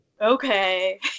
Okay